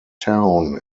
town